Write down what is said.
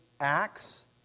acts